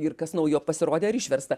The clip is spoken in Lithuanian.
ir kas naujo pasirodė ar išversta